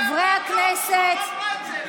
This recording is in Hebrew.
חברי הכנסת,